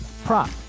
Prop